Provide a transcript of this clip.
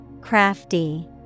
Crafty